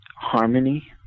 harmony